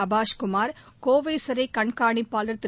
அபாஷ்குமார் கோவை சிறைக் கண்காணிப்பாளர் திரு